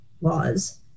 laws